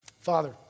Father